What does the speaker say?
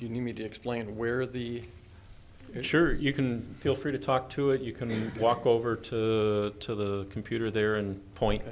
you need me to explain where the sure you can feel free to talk to it you can walk over to to the computer there and point